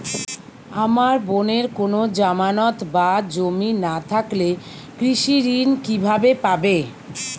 আমার বোনের কোন জামানত বা জমি না থাকলে কৃষি ঋণ কিভাবে পাবে?